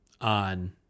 On